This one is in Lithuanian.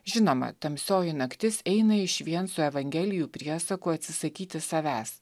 žinoma tamsioji naktis eina išvien su evangelijų priesaku atsisakyti savęs